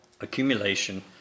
accumulation